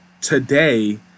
today